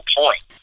point